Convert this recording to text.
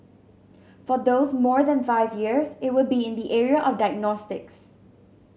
for those more than five years it would be in the area of diagnostics